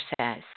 says